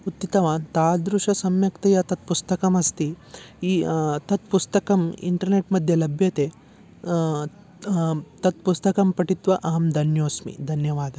उत्थितवान् तादृशं सम्यक्तया तत् पुस्तकमस्ति ई तत् पुस्तकम् इण्टर्नेट् मध्ये लभ्यते तत्पुस्तकं पठित्वा अहं धन्योऽस्मि धन्यवादाः